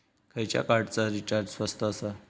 खयच्या कार्डचा रिचार्ज स्वस्त आसा?